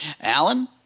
Alan